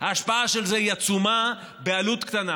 ההשפעה של זה היא עצומה בעלות קטנה.